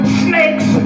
snakes